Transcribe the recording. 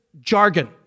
jargon